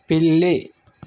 పిల్లి